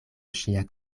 ŝia